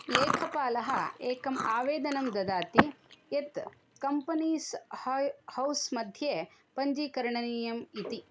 लेखपालः एकम् आवेदनं ददाति यत् कम्पनीस् है हौस् मध्ये पञ्जीकरणनीयम् इति